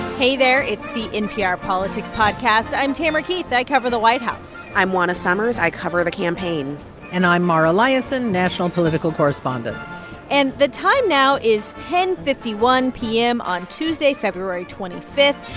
hey there. it's the npr politics podcast i'm tamara keith. i cover the white house i'm juana summers. i cover the campaign and i'm mara liasson, national political correspondent and the time now is ten fifty one p m. on tuesday, february twenty five.